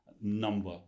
number